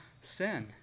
sin